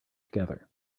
together